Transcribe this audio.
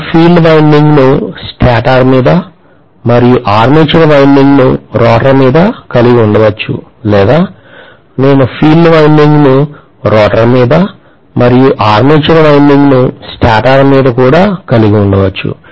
నేను field winding ను stator మీద మరియు ఆర్మేచర్ వైన్డింగ్ ను రోటర్ మీద కలిగి ఉండవచ్చు లేదా నేను ఫీల్డ్ వైన్డింగ్ ను రోటర్ మీద మరియు ఆర్మేచర్ వైన్డింగ్ ను స్టేటర్ మీద కలిగి ఉండవచ్చు